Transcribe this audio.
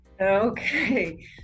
Okay